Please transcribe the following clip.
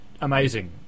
amazing